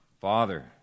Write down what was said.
Father